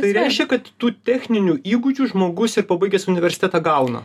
tai reiškia kad tų techninių įgūdžių žmogus ir pabaigęs universitetą gauna